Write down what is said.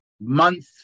month